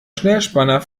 schnellspanner